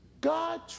God